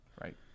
Right